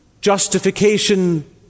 justification